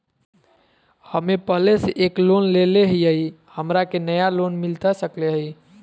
हमे पहले से एक लोन लेले हियई, हमरा के नया लोन मिलता सकले हई?